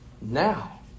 Now